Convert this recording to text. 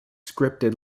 scripting